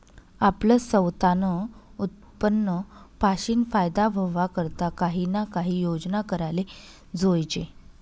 आपलं सवतानं उत्पन्न पाशीन फायदा व्हवा करता काही ना काही योजना कराले जोयजे